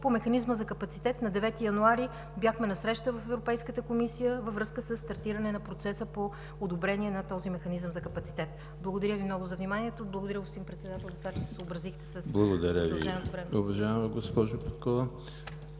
По механизма за капацитет на 9 януари бяхме на среща в Европейската комисия във връзка със стартиране на процеса по одобрение на този механизъм за капацитет. Благодаря Ви много за вниманието. Господин Председател, благодаря за това, че се съобразихте и за удълженото време.